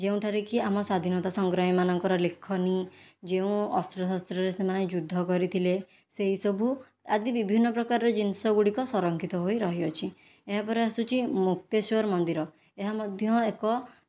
ଯେଉଁଠାରେ କି ଆମ ସ୍ୱାଧୀନତା ସଂଗ୍ରାମୀ ମାନଙ୍କର ଲେଖନୀ ଯେଉଁ ଅସ୍ତ୍ର ଶସ୍ତ୍ରରେ ସେମାନେ ଯୁଦ୍ଧ କରିଥିଲେ ସେହି ସବୁ ଆଦି ବିଭିନ୍ନ ପ୍ରକାରର ଜିନିଷ ଗୁଡ଼ିକ ସଂରକ୍ଷିତ ହୋଇ ରହିଅଛି ଏହାପରେ ଆସୁଛି ମୁକ୍ତେଶ୍ଵର ମନ୍ଦିର ଏହା ମଧ୍ୟ ଏକ